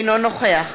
אינו נוכח